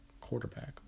quarterback